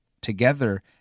together